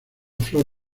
flor